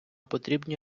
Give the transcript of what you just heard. потрібні